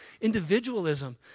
individualism